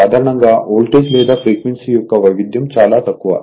సాధారణంగా వోల్టేజ్ లేదా ఫ్రీక్వెన్సీ యొక్క వైవిధ్యం చాలా తక్కువ